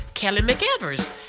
kelly mcevers,